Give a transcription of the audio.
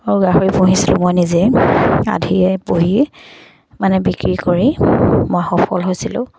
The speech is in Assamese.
আৰু গাহৰি পুহিছিলোঁ মই নিজে আধিলৈ পুহি মানে বিক্ৰী কৰি মই সফল হৈছিলোঁ